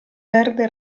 verde